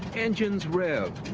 engines revved,